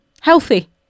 healthy